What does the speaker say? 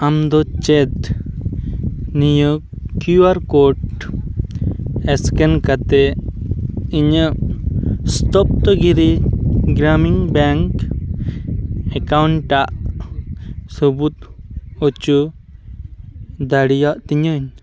ᱟᱢ ᱫᱚ ᱪᱮᱫ ᱱᱤᱭᱟᱹ ᱠᱤᱭᱩ ᱟᱨ ᱠᱳᱴ ᱥᱠᱮᱱ ᱠᱟᱛᱮᱫ ᱤᱧᱟᱹᱜ ᱥᱛᱚᱯᱛᱚ ᱜᱤᱨᱤ ᱜᱨᱟᱢᱤᱱ ᱵᱮᱝᱠ ᱮᱠᱟᱣᱩᱱᱴᱟᱜ ᱥᱟᱹᱵᱩᱫ ᱦᱚᱪᱚ ᱫᱟᱲᱮᱭᱟᱜ ᱛᱤᱧᱟᱹᱧ